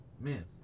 Man